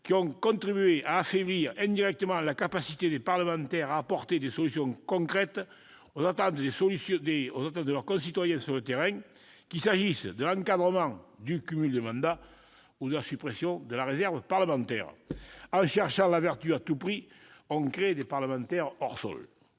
ayant contribué à affaiblir indirectement la capacité des parlementaires à apporter des solutions concrètes aux attentes de leurs concitoyens sur le terrain, qu'il s'agisse de l'encadrement du cumul des mandats ou de la suppression de la réserve parlementaire. En cherchant la vertu à tout prix, on crée des parlementaires hors sol.